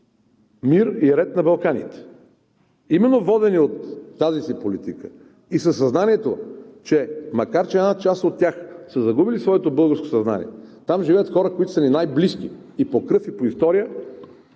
мир и ред на Балканите. Именно водени от тази си политика и със съзнанието, макар че една част от тях са загубили своето българско съзнание – там живеят хора, които са ни най-близки и по кръв, и по история,